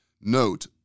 Note